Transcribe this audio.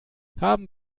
haben